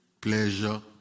pleasure